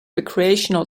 recreational